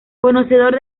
conocedor